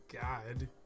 God